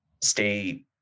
stay